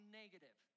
negative